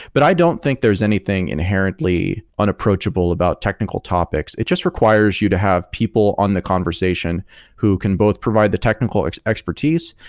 but i don't think there's anything inherently unapproachable about technical topics. it just requires you to have people on the conversation who can both provide the technical expertise,